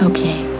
Okay